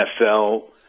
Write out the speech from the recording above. NFL